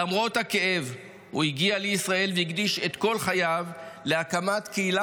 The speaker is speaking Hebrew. למרות הכאב הוא הגיע לישראל והקדיש את כל חייו להקמת קהילה